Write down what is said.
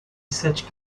such